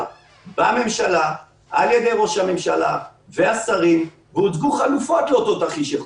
בממשלה על ידי ראש הממשלה והשרים והוצגו חלופות לאותו תרחיש ייחוס.